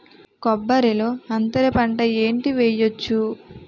కొబ్బరి లో అంతరపంట ఏంటి వెయ్యొచ్చు?